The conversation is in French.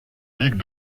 ligue